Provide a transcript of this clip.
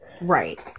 Right